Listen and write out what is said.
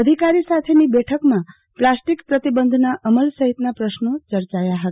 અધિકારી સાથ્રેની બેઠકમાં પ્લાસ્ટિક પ્રતિબંધનાં અમલ સહિતના પ્રશ્નો ચર્ચાથા હતા